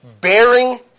bearing